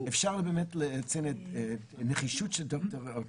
אפשר באמת לציין את הנחישות של ד"ר עוקד